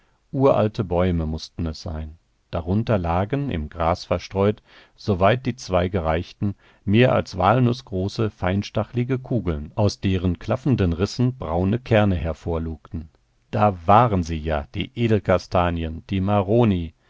uralte bäume mußten es sein darunter lagen im gras verstreut soweit die zweige reichten mehr als walnußgroße feinstachelige kugeln aus deren klaffenden rissen braune kerne hervorlugten da waren sie ja die edelkastanien die maroni